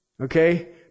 okay